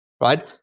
right